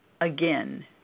again